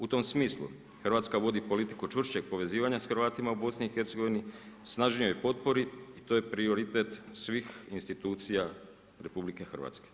U tom smislu, Hrvatska vodi politiku čvršćeg povezivanja s Hrvatima u BIH, snažnijoj potpori, to je prioritet svih institucija RH.